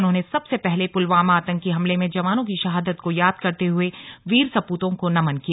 उन्होंने सबसे पहले पुलवामा आतंकी हमले में जवानों की शहादत को याद करते हुए वीर सपूतों को नमन किया